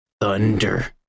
thunder